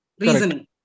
reasoning